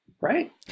Right